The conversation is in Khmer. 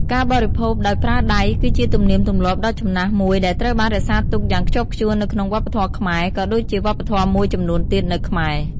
ការបរិភោគដោយប្រើដៃគឺជាទំនៀមទម្លាប់ដ៏ចំណាស់មួយដែលត្រូវបានរក្សាទុកយ៉ាងខ្ជាប់ខ្ជួននៅក្នុងវប្បធម៌ខ្មែរ ក៏ដូចជាវប្បធម៌មួយចំនួនទៀតនៅខ្មែរ។